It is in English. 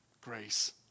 Grace